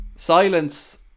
Silence